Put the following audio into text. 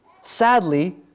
Sadly